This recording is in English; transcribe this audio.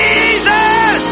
Jesus